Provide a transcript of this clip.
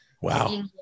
Wow